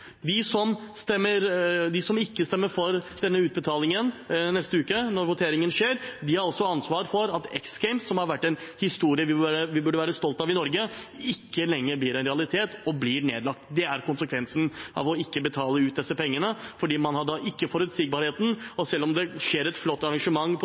De som ikke stemmer for denne utbetalingen neste uke, når voteringen skjer, har også ansvar for at X Games, som har vært en historie vi burde være stolte av i Norge, ikke lenger blir en realitet, men blir nedlagt. Det er konsekvensen av å ikke betale ut disse pengene, for da har man ikke forutsigbarheten. Selv om det skjer et flott arrangement på